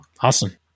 Awesome